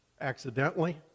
accidentally